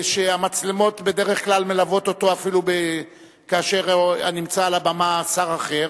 שהמצלמות בדרך כלל מלוות אותו אפילו כאשר נמצא על הבימה שר אחר,